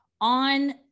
on